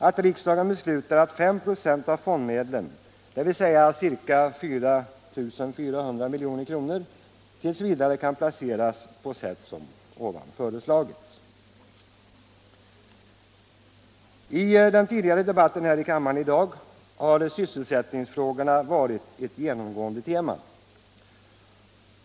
Att riksdagen beslutar att 5 96 av fondmedlen, dvs. ca 4 400 milj.kr., tills vidare kan placeras på sätt som ovan föreslagits. I den tidigare debatten här i kammaren i dag har sysselsättningsfrågorna varit ett genomgående tema.